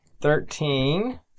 thirteen